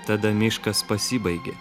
tada miškas pasibaigė